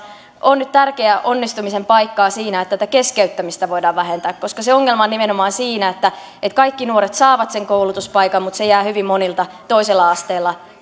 on nyt tärkeä onnistumisen paikka siinä että tätä keskeyttämistä voidaan vähentää koska se ongelma on nimenomaan siinä että että kaikki nuoret saavat sen koulutuspaikan mutta se jää hyvin monilta toisella asteella